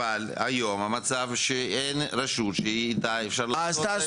אבל המצב היום הוא שאין רשות שאיתה אפשר לעשות.